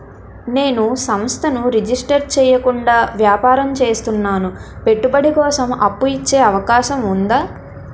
నేను సంస్థను రిజిస్టర్ చేయకుండా వ్యాపారం చేస్తున్నాను పెట్టుబడి కోసం అప్పు ఇచ్చే అవకాశం ఉందా?